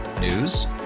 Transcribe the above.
News